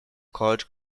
college